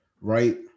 right